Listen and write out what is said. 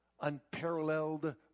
unparalleled